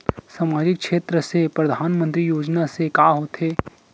सामजिक क्षेत्र से परधानमंतरी योजना से का होथे?